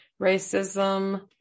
racism